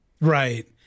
Right